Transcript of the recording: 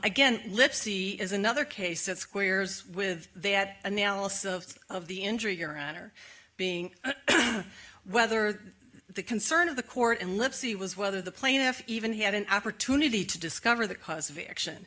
again lipsey is another case that squares with that analysis of of the injury your honor being whether the concern of the court and let's see was whether the plaintiff even had an opportunity to discover the cause of action